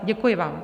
Děkuji vám.